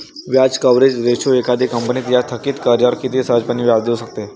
व्याज coverage ratio एखादी company तिच्या थकित कर्जावर किती सहजपणे व्याज देऊ शकते